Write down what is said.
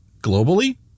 Globally